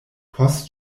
post